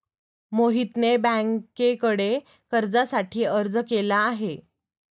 मोहितने बँकेकडे कर्जासाठी अर्ज केला आहे